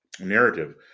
narrative